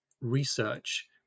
research